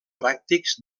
pràctics